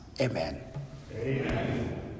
Amen